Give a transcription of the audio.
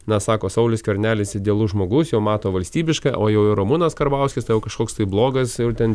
na sako saulius skvernelis idealus žmogus jau mato valstybiškai o jau ramūnas karbauskis kažkoks tai blogas ir ten